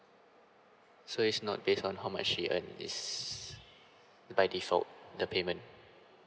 so is not based on how much she earn is by default the payment